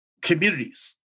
communities